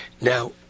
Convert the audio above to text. Now